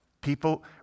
People